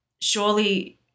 surely